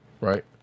right